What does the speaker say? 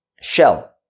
shell